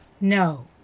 No